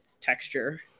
texture